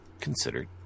considered